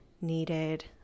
needed